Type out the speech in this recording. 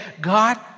God